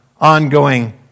ongoing